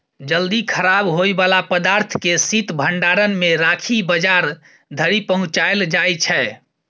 जल्दी खराब होइ बला पदार्थ केँ शीत भंडारण मे राखि बजार धरि पहुँचाएल जाइ छै